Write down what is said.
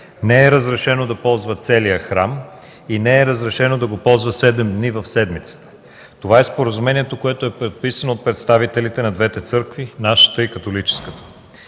Не е разрешено да ползва целия храм и не е разрешено да го ползва седем дни в седмицата. Това е споразумението, което е подписано от представителите на двете църкви – нашата и католическата.